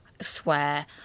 swear